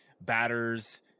batters